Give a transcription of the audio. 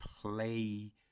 play